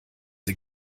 der